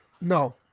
No